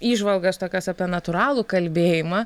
įžvalgas tokias apie natūralų kalbėjimą